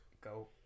go